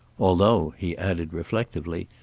although, he added reflectively,